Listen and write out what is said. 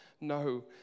No